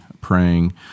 praying